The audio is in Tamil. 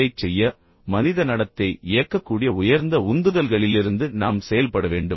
அதைச் செய்ய மனித நடத்தையை இயக்கக்கூடிய உயர்ந்த உந்துதல்களிலிருந்து நாம் செயல்பட வேண்டும்